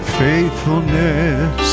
faithfulness